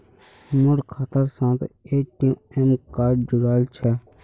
मोर खातार साथे ए.टी.एम कार्ड जुड़ाल छह